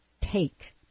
take